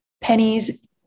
pennies